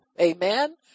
Amen